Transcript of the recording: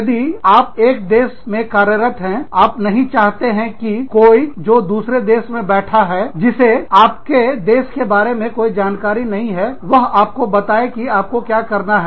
यदि आप एक देश में कार्यरत हैं आप नहीं चाहते हैं कि कोई जो दूसरे देश में बैठा है जिसे आपके देश के बारे में कोई जानकारी नहीं है वह आपको बताएं कि आपको क्या करना है